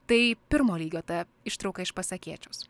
tai pirmo lygio ta ištrauka iš pasakėčios